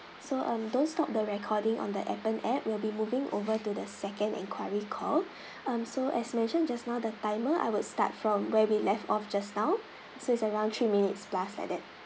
so um don't stop the recording on the Appen app we'll be moving over to the second inquiry call um so as mentioned just now the timer I would start from where we left off just now so is around three minutes plus like that